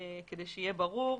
כדי שיהיה ברור,